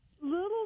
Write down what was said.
little